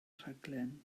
rhaglen